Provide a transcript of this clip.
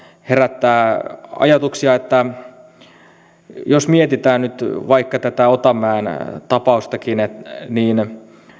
herättää ajatuksia jos mietitään nyt vaikka tätä otanmäen tapaustakin niin